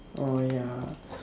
uh ya